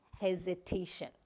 hesitation